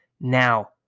now